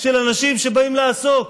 של אנשים שבאים לעסוק,